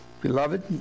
Beloved